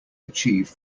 achieve